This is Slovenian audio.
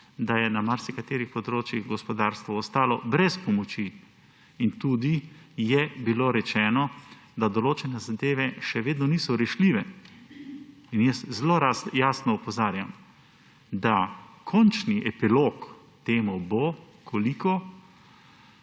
da je na marsikaterih področjih gospodarstvo ostalo brez pomoči. Tudi je bilo rečeno, da določene zadeve še vedno niso rešljive. Zelo jasno opozarjam, da končni epilog temu bo, koliko